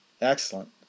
Excellent